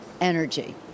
energy